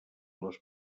les